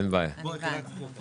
מי נגד?